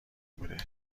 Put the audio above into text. بوده